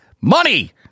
Money